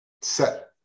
set